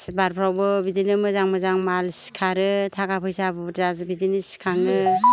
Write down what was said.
आसिरबादफ्रावबो बिदिनो मोजां मोजां माल सिखारो थाखा फैसा बुर्जा बिदिनो सिखाङो